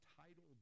title